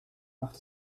macht